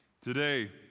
Today